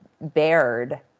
bared